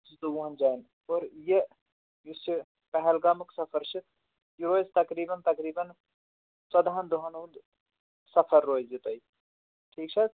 زٕتووُہن جاین اور یہِ یُس یہِ پہلگامُک سفر چھُ یِہوٚے آسہِ تقریٖباً تقریٖباً ژوٚدٕہن دۄہن ہُنٛد سَفر روزِ تۄہہِ ٹھیٖک چھِ حظ